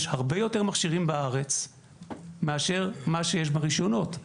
יש הרבה יותר מכשירים בארץ מאשר מה שיש ברישיונות.